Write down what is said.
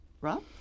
Rob